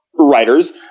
writers